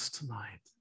tonight